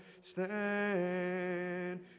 stand